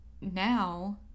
now